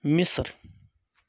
miser